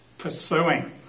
pursuing